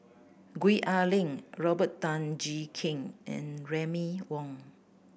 Gwee Ah Leng Robert Tan Jee Keng and Remy Ong